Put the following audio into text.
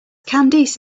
candice